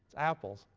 apples,